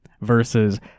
versus